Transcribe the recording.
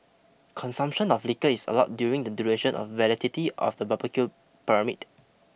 consumption of liquor is allowed during the duration of the validity of the barbecue permit